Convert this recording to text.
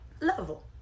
level